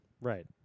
Right